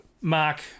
Mark